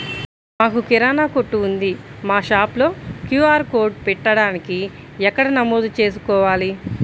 మాకు కిరాణా కొట్టు ఉంది మా షాప్లో క్యూ.ఆర్ కోడ్ పెట్టడానికి ఎక్కడ నమోదు చేసుకోవాలీ?